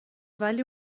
ولی